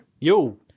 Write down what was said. Yo